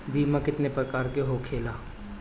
बीमा केतना प्रकार के होखे ला?